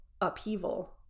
upheaval